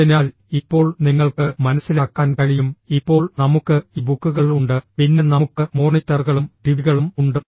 അതിനാൽ ഇപ്പോൾ നിങ്ങൾക്ക് മനസിലാക്കാൻ കഴിയും ഇപ്പോൾ നമുക്ക് ഇ ബുക്കുകൾ ഉണ്ട് പിന്നെ നമുക്ക് മോണിറ്ററുകളും ടിവികളും ഉണ്ട്